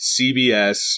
CBS